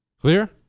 Clear